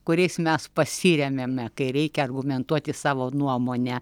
kuriais mes pasiremiame kai reikia argumentuoti savo nuomonę